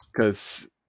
Cause